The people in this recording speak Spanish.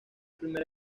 primer